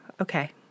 okay